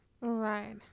right